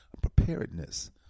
preparedness